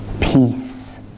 Peace